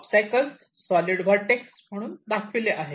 obstacle solid vertex म्हणून दाखवले आहे